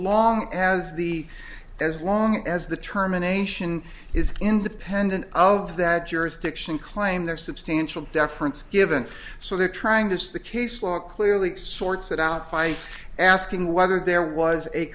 long as the as long as the terminations is independent of that jurisdiction claim their substantial deference given so they're trying this the case law clearly sorts that out by asking whether there was a